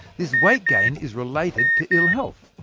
this weight gain is related to ill-health.